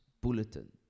bulletin